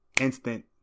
instant